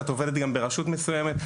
ואת עובדת גם ברשות מסוימת.